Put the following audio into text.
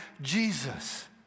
Jesus